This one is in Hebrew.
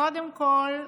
קודם כול,